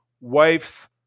Wife's